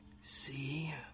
See